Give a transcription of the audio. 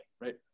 right